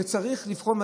שצריך לבחון,